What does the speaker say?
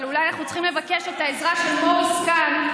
אבל אולי אנחנו צריכים לבקש את העזרה של מוריס קאהן,